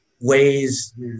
ways